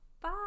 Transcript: Bye